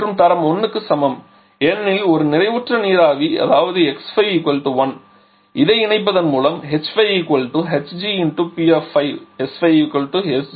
மற்றும் தரம் 1 க்கு சமம் ஏனெனில் ஒரு நிறைவுற்ற நீராவி அதாவது x5 1 எனவே இதை இணைப்பதன் மூலம் h5 hg s5 sg என பெறலாம்